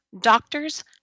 doctors